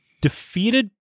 Defeated